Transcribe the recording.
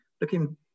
looking